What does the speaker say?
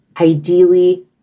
Ideally